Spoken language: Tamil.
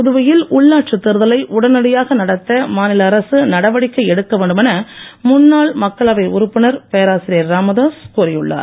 புதுவையில் உள்ளாட்சித் தேர்தலை உடனடியாக நடத்த மாநில அரசு நடவடிக்கை எடுக்க வேண்டும் என முன்னாள் மக்களவை உறுப்பினர் பேராசிரியர் ராமதாஸ் கோரியுள்ளார்